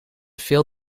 veel